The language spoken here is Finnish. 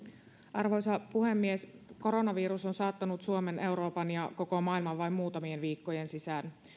arvoisa puhemies koronavirus on saattanut suomen euroopan ja koko maailman vain muutamien viikkojen sisään